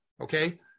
Okay